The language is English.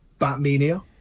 Batmania